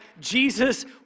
Jesus